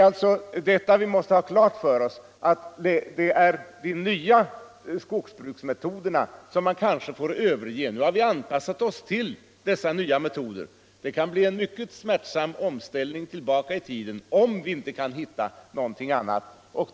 Vad vi måste ha klart för oss är alltså att man kanske får överge de nya skogsbruksmetoderna. Nu har vi anpassat oss till dessa nya metoder. Det kan bli en mycket smärtsam omställning tillbaka i tiden, om vi inte kan hitta någonting annat.